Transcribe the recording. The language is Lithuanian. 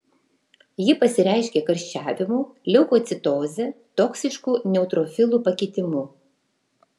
ji pasireiškia karščiavimu leukocitoze toksišku neutrofilų pakitimu